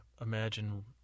imagine